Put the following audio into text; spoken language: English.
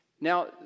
Now